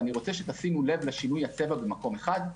תראו את שינוי הצבע בישראל.